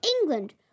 England